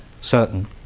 certain